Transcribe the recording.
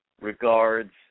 regards